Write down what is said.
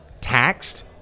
taxed